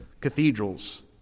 cathedrals